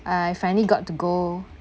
I finally got to go